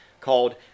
called